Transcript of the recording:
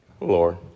Lord